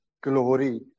glory